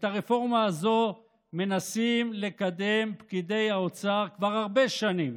את הרפורמה הזו מנסים לקדם פקידי האוצר כבר הרבה שנים,